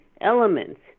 elements